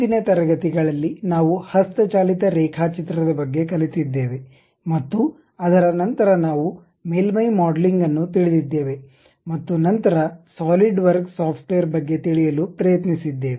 ಹಿಂದಿನ ತರಗತಿಗಳಲ್ಲಿ ನಾವು ಹಸ್ತಚಾಲಿತ ರೇಖಾಚಿತ್ರದ ಬಗ್ಗೆ ಕಲಿತಿದ್ದೇವೆ ಮತ್ತು ಅದರ ನಂತರ ನಾವು ಮೇಲ್ಮೈ ಮಾಡೆಲಿಂಗ್ ಅನ್ನು ತಿಳಿದಿದ್ದೇವೆ ಮತ್ತು ನಂತರ ಸಾಲಿಡ್ವರ್ಕ್ಸ್ ಸಾಫ್ಟ್ವೇರ್ ಬಗ್ಗೆ ತಿಳಿಯಲು ಪ್ರಯತ್ನಿಸಿದ್ದೇವೆ